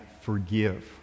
forgive